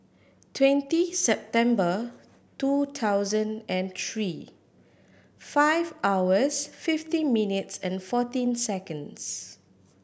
twenty September two thousand and three five hours fifteen minutes and fourteen seconds